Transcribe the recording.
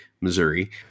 Missouri